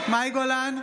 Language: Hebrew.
גולן,